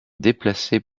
déplacé